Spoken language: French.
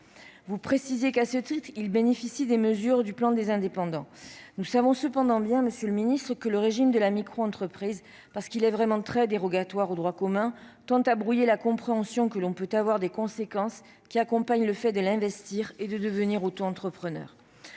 Vous précisiez que, à ce titre, ils bénéficiaient des mesures du plan de soutien aux indépendants. Nous savons bien cependant, monsieur le ministre, que le régime de la microentreprise, parce qu'il est vraiment dérogatoire du droit commun, tend à brouiller la compréhension que l'on peut avoir des conséquences qui accompagnent le fait de l'investir et de devenir autoentrepreneur.